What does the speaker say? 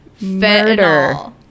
Murder